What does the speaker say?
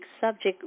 subject